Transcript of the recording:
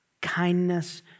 kindness